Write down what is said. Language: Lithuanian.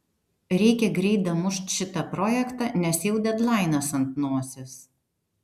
reikia greit damušt šitą projektą nes jau dedlainas ant nosies